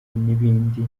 n’ibindi